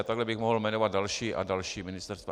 A takhle bych mohl jmenovat další a další ministerstva.